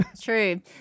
true